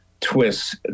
twists